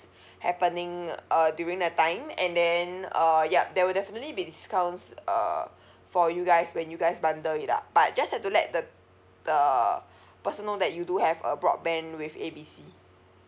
happening uh uh during that time and then uh yup there will definitely be discounts uh for you guys when you guys bundle it up but just have to let the the person know that you do have a broadband with A B C